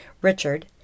Richard